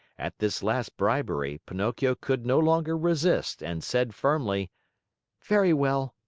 at this last bribery, pinocchio could no longer resist and said firmly very well.